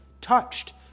touched